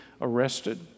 arrested